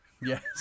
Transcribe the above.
Yes